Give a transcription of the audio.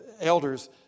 elders